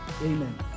amen